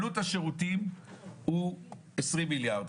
עלות השירותים היא 20 מיליארד,